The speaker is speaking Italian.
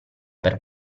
per